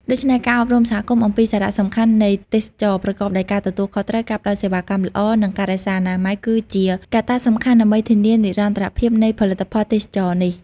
ដូច្នេះ ការអប់រំសហគមន៍អំពីសារៈសំខាន់នៃទេសចរណ៍ប្រកបដោយការទទួលខុសត្រូវ ការផ្ដល់សេវាកម្មល្អ និងការរក្សាអនាម័យគឺជាកត្តាសំខាន់ដើម្បីធានានិរន្តរភាពនៃផលិតផលទេសចរណ៍នេះ។